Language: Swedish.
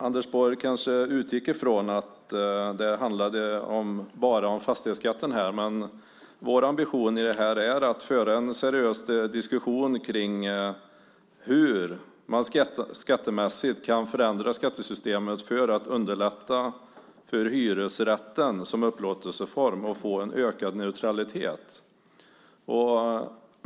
Anders Borg kanske utgick från att det bara handlade om fastighetsskatten, men vår ambition är att föra en seriös diskussion om hur man skattemässigt kan förändra skattesystemet för att underlätta för hyresrätten som upplåtelseform samt få en ökad neutralitet.